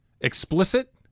Explicit